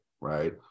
right